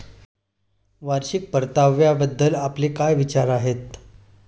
वार्षिक परताव्याबद्दल आपले काय विचार आहेत?